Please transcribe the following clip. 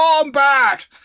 combat